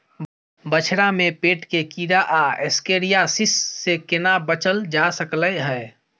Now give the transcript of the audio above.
बछरा में पेट के कीरा आ एस्केरियासिस से केना बच ल जा सकलय है?